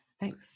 Thanks